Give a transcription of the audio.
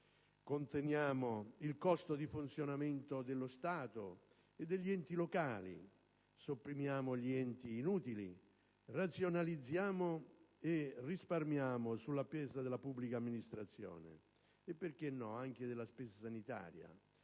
Conteniamo il costo di funzionamento dello Stato e degli enti locali, sopprimiamo gli enti inutili, razionalizziamo e risparmiamo sulla spesa della pubblica amministrazione e, perché no, anche della spesa sanitaria.